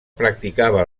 practicava